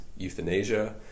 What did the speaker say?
Euthanasia